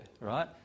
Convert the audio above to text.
right